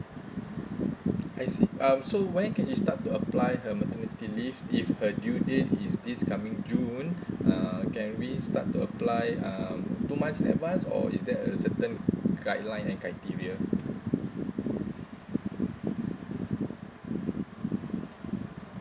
I see uh so when can she start to apply her maternity leave if her due date is this coming june uh can we start to apply um two months advance or is there a certain guideline and criteria